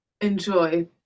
enjoy